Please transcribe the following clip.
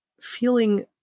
feeling